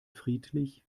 friedlich